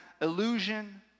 illusion